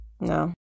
No